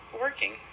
working